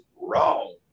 wrong